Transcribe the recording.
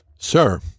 Sir